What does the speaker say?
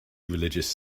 religious